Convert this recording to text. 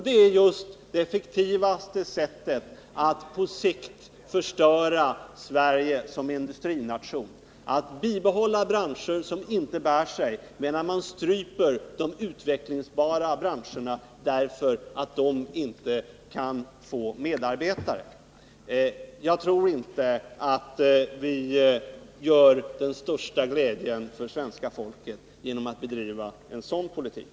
Det effektivaste sättet att på sikt förstöra Sverige som industrination är just att bibehålla branscher som inte bär sig, medan man stryper de utvecklingsbara branscherna därigenom att de inte kan få arbetskraft. Jag tror inte att vi gör svenska folket den största glädjen genom att bedriva en sådan politik.